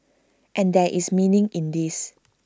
and there is meaning in this